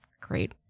great